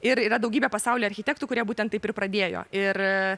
ir yra daugybė pasaulio architektų kurie būtent taip ir pradėjo ir